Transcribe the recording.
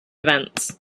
events